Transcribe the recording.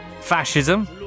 Fascism